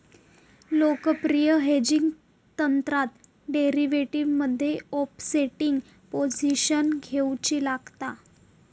लोकप्रिय हेजिंग तंत्रात डेरीवेटीवमध्ये ओफसेटिंग पोझिशन घेउची लागता